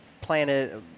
planet